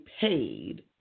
paid